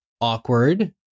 awkward